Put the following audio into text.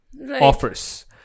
offers